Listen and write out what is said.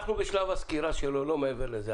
אנחנו בשלב הסקירה שלו, לא מעבר לזה.